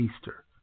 Easter